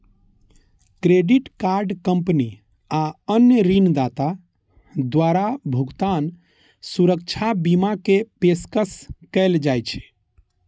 credit card company आ अन्य ऋणदाता द्वारा भुगतान सुरक्षा बीमा के पेशकश कैल जाइ छै